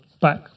back